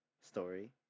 story